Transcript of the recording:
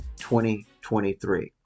2023